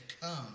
come